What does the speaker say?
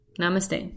Namaste